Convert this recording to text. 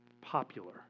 popular